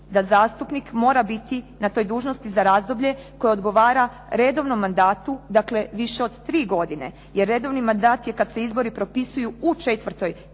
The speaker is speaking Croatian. da zastupnik mora biti na toj dužnosti za razdoblje koje odgovara redovnom mandatu, dakle, više od tri godine. Jer redovni mandat je kada se izbori propisuju u četvrtoj